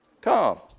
come